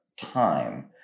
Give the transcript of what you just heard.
time